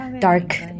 dark